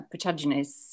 protagonists